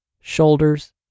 shoulders